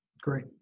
Great